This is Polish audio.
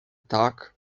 tak